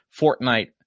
fortnite